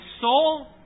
soul